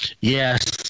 Yes